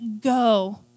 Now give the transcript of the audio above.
go